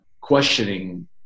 questioning